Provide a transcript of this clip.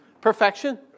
Perfection